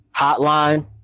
hotline